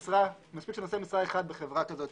מספיק שנושא משרה אחד בחברה כזאת